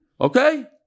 Okay